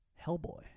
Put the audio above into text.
Hellboy